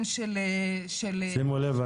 העניין --- שימו לב,